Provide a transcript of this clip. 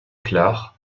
clar